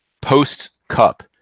post-cup